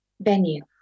venue